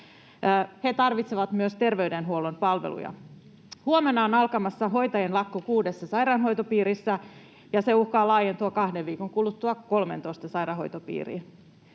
He tarvitsevat myös terveydenhuollon palveluja. Huomenna on alkamassa hoitajien lakko kuudessa sairaanhoitopiirissä, ja se uhkaa laajentua kahden viikon kuluttua 13 sairaanhoitopiiriin.